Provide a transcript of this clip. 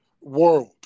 world